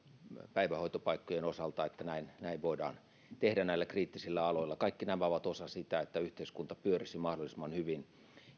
päivähoitopaikkojen osalta että näin näin voidaan tehdä näillä kriittisillä aloilla kaikki nämä ovat osa sitä että yhteiskunta pyörisi mahdollisimman hyvin